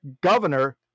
governor